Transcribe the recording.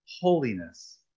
Holiness